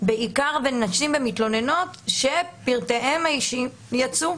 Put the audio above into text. בעיקר בנשים ומתלוננות שפרטיהן האישיים יצאו.